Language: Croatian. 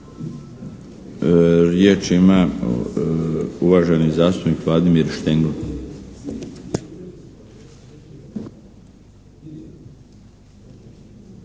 Riječ ima uvaženi zastupnik Vladimir Štengl.